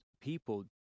people